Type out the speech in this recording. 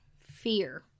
Fear